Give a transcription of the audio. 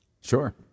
Sure